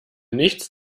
nichts